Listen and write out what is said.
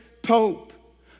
Pope